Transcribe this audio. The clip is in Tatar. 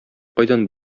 кайдан